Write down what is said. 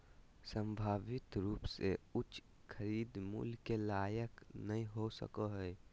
संभावित रूप से उच्च खरीद मूल्य के लायक नय हो सको हइ